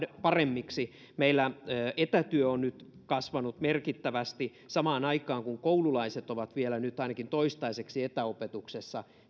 paremmiksi meillä etätyö on nyt kasvanut merkittävästi samaan aikaan kun koululaiset ovat vielä ainakin toistaiseksi etäopetuksessa